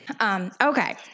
Okay